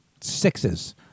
sixes